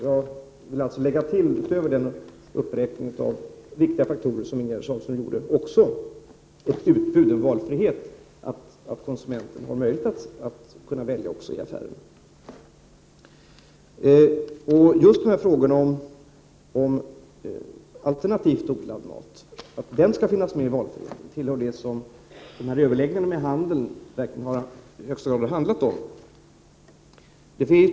Jag vill alltså till den uppräkning av viktiga faktorer som Ingegerd Sahlström gjorde också lägga ett utbud som ger valfrihet, att konsumenten har möjlighet att välja även i affären. Just frågorna om att alternativt odlad mat skall finnas med i valfriheten tillhör det som överläggningarna med handeln i högsta grad har handlat om.